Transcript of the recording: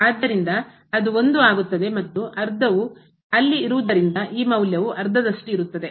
ಆದ್ದರಿಂದ ಅದು 1 ಆಗುತ್ತದೆ ಮತ್ತು ಅರ್ಧವು ಅಲ್ಲಿ ಇರುವುದರಿಂದ ಈ ಮೌಲ್ಯವು ಅರ್ಧದಷ್ಟು ಇರುತ್ತದೆ